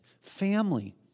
family